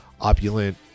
opulent